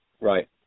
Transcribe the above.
right